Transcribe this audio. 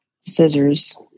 scissors